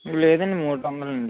లేదండి మూడు వందలండి